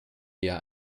eher